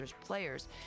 players